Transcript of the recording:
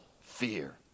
fear